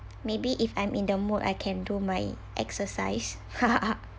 maybe if I'm in the mood I can do my exercise